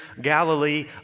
Galilee